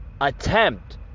attempt